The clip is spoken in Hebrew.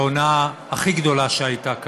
ההונאה הכי גדולה שהייתה כאן.